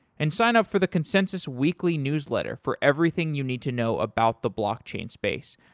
and sign up for the consensys weekly newsletter for everything you need to know about the blockchain space.